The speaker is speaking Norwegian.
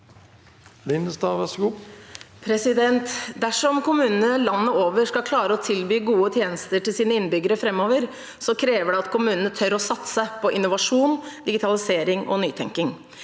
Dersom kommunene landet over skal klare å tilby gode tjenester til sine innbyggere framover, krever det at kommunene tør å satse på innovasjon, digitalisering og nytenking.